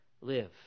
live